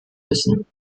müssen